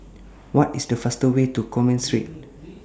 What IS The fastest Way to Commerce Street